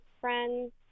friend's